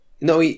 No